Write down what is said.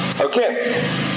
okay